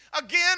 Again